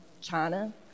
China